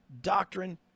doctrine